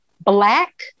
black